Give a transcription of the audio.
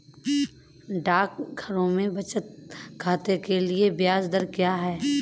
डाकघरों में बचत खाते के लिए ब्याज दर क्या है?